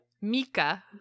Mika